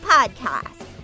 Podcast